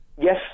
Yes